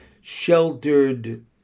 sheltered